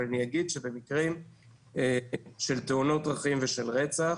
אבל אני אגיד שבמקרים של תאונות דרכים ושל רצח,